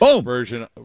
version